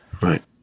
right